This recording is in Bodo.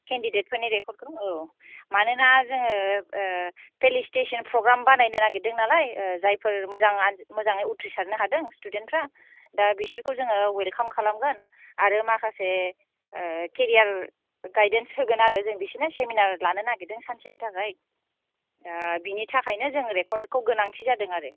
केन्डिडेटफोरनि रेकर्डखौ औ मानोना जोङो फेलिसटेसन प्रग्राम बानायनो नागिरदों नालाय जायफोर मोजां मोजाङै उथ्रिसारनो हादों स्टुडेन्टफ्रा दा बिसोरखौ जोङो वेलकाम खालामगोन आरो माखासे केरियार गाइडेन्स होगोन आरो जों बिसोरनो सेमिनार लानो नागेरदों सानसेनि थाखाय बेनि थाखायनो जों रेकर्डखौ गोनांथि जादों आरो